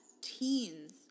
teens